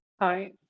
Hi